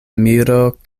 miro